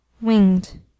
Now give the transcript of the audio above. winged